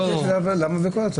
למה בכול הצו?